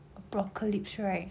apocalypse right